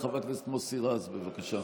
חבר הכנסת מוסי רז, בבקשה.